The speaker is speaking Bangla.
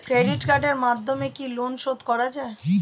ক্রেডিট কার্ডের মাধ্যমে কি লোন শোধ করা যায়?